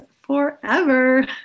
forever